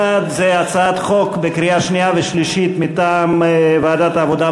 אחד זה הצעת חוק לקריאה שנייה ושלישית מטעם ועדת העבודה,